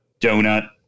donut